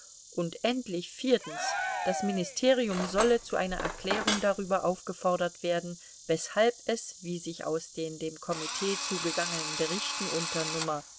und endlich viertens das ministerium solle zu einer erklärung darüber aufgefordert werden weshalb es wie sich aus den dem komitee zugegangenen berichten unter